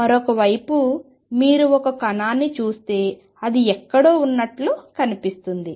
మరోవైపు మీరు ఒక కణాన్ని చూస్తే అది ఎక్కడో ఉన్నట్లు కనిపిస్తుంది